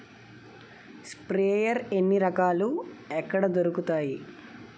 Sprayer ఎన్ని రకాలు? ఎక్కడ దొరుకుతాయి?